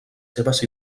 seves